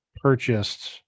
purchased